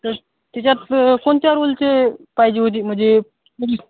तर त्याच्यात कोणत्या रोलचे पाहिजे होते म्हणजे